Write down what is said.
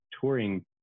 touring